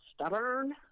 stubborn